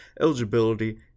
eligibility